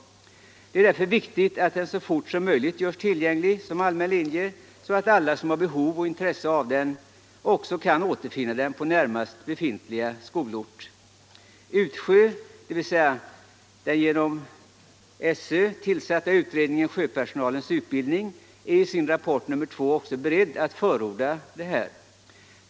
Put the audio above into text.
Det är viktigt att fartygsteknisk utbildning så fort som möjligt görs tillgänglig som allmän linje så att alla som har behov av och intresse för denna utbildning kan återfinna den på närmaste skolort. UTSJÖ, dvs. den genom skolöverstyrelsen tillsatta utredningen om sjöpersonalens utbildning, är i sin rapport nr 2 också beredd att förorda detta.